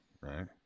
right